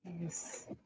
yes